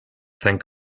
think